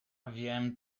wiem